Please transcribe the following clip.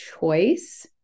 choice